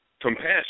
compassion